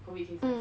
COVID cases